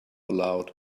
aloud